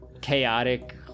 chaotic